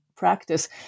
Practice